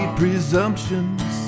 presumptions